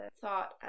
thought